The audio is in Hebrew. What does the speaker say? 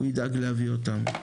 הוא ידאג להביא אותן.